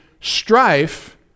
strife